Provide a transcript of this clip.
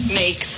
make